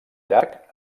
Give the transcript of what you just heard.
llarg